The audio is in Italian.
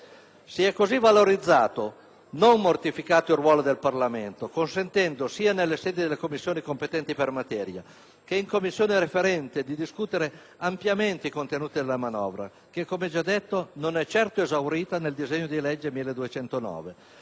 Si è così valorizzato, non mortificato, il ruolo del Parlamento consentendo, sia nelle sedi delle Commissioni competenti per materia che in Commissione referente, di discutere ampiamente i contenuti della manovra che, come ho già detto, non è certo esaurita nel disegno di legge n.